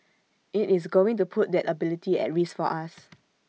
IT is going to put that ability at risk for us